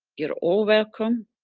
you're all welcome,